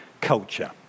culture